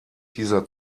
dieser